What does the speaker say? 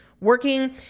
working